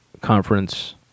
conference